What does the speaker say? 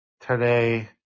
today